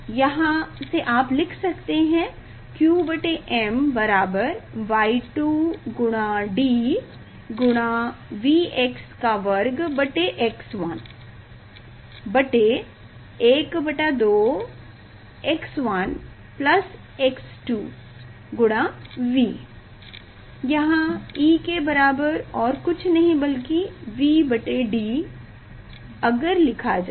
यहाँ से आप लिख सकते हैं qm Y2 D Vx2x1 12x1x2V यहाँ E के बराबर और कुछ नहीं बल्कि V D अगर लिखा जाये